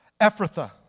Ephrathah